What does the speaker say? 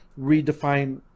redefine